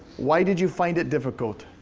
why did you find it difficult?